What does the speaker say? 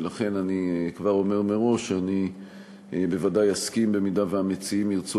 ולכן אני אומר מראש שבוודאי אסכים אם המציעים ירצו